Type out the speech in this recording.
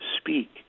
speak